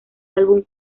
álbum